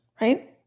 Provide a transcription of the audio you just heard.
right